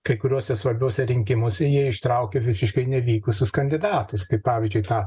kai kuriuose svarbiuose rinkimuose jie ištraukė visiškai nevykusius kandidatus kaip pavyzdžiui tą